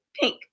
pink